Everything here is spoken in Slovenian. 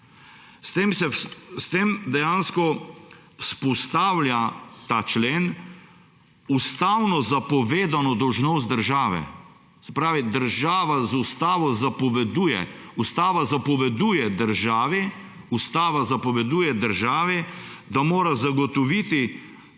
člen dejansko vzpostavlja ustavno zapovedano dolžnost države, se pravi, država z ustavo zapoveduje, ustava zapoveduje državi, da mora zagotoviti